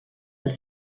els